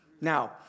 Now